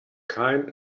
kind